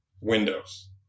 windows